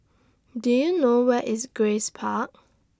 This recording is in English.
Do YOU know Where IS Grace Park